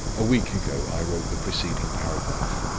a week ago i wrote the preceding paragraph.